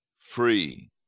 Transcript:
free